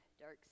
dark